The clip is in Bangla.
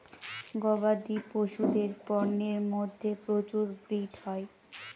গবাদি পশুদের পন্যের মধ্যে প্রচুর ব্রিড হয়